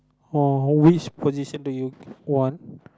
oh which position do you want